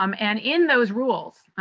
um and, in those rules,